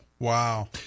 Wow